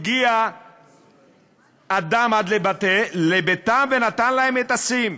הגיע אדם עד לביתם ונתן להם את ה-SIM.